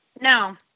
No